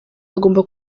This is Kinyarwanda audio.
agomba